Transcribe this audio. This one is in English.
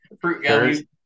Fruit